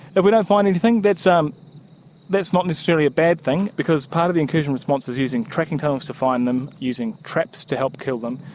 if we don't find anything um that is not necessarily a bad thing because part of the incursion response is using tracking tunnels to find them, using traps to help kill them,